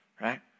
right